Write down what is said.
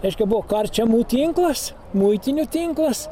reiškia buvo karčiamų tinklas muitinių tinklas